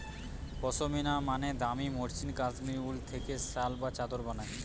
পশমিনা মানে দামি মসৃণ কাশ্মীরি উল থেকে শাল বা চাদর বানায়